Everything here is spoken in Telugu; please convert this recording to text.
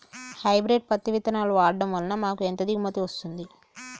హైబ్రిడ్ పత్తి విత్తనాలు వాడడం వలన మాకు ఎంత దిగుమతి వస్తుంది?